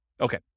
okay